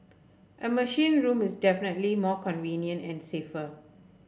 a machine room is definitely more convenient and safer